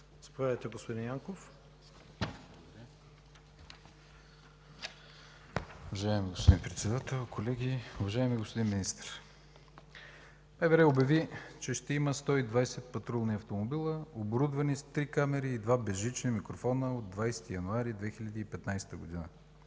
ЯНКОВ (БСП ЛБ): Уважаеми господин Председател, колеги! Уважаеми господин Министър, МВР обяви, че ще има 120 патрулни автомобила, оборудвани с 3 камери и 2 безжични микрофона, от 20 януари 2015 г.